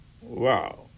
Wow